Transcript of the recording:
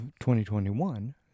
2021